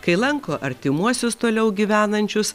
kai lanko artimuosius toliau gyvenančius